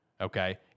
Okay